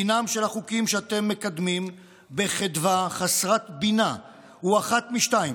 דינם של החוקים שאתם מקדמים בחדווה חסרת בינה הוא אחת משתיים: